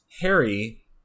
Harry